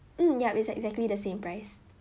mm ya it's exactly the same price